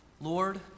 Lord